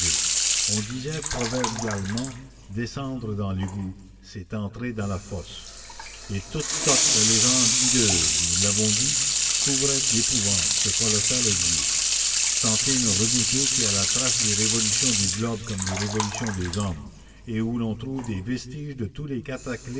on disait proverbialement descendre dans l'égout c'est entrer dans la fosse et toutes sortes de légendes hideuses nous l'avons dit couvraient d'épouvante ce colossal évier sentine redoutée qui a la trace des révolutions du globe comme des révolutions des hommes et où l'on trouve des vestiges de tous les